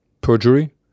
perjury